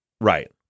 right